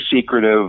secretive